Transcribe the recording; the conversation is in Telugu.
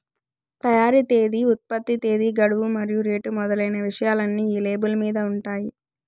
తయారీ తేదీ ఉత్పత్తి తేదీ గడువు మరియు రేటు మొదలైన విషయాలన్నీ ఈ లేబుల్ మీద ఉంటాయి